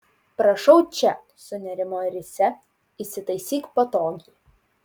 prašau čia sunerimo risia įsitaisyk patogiai